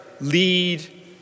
lead